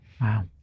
Wow